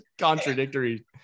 contradictory